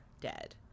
dead